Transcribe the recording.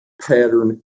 pattern